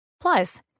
Plus